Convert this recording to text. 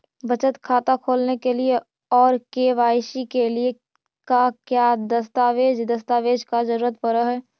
बचत खाता खोलने के लिए और के.वाई.सी के लिए का क्या दस्तावेज़ दस्तावेज़ का जरूरत पड़ हैं?